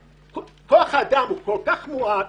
כוח האדם הוא כל כך מועט